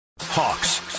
Hawks